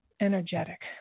energetic